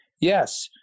yes